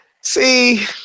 see